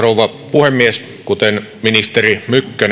puhemies kuten ministeri